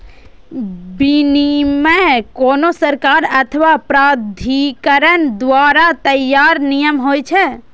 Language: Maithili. विनियम कोनो सरकार अथवा प्राधिकरण द्वारा तैयार नियम होइ छै